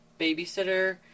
babysitter